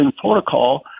protocol